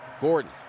Gordon